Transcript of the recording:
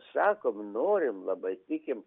sakom norim labai tikim